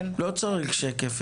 לא צריך שקף.